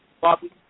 Bobby